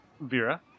Vera